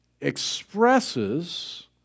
expresses